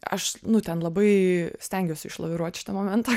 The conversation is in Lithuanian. aš nu ten labai stengiuosi išlaviruot šitą momentą